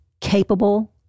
capable